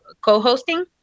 co-hosting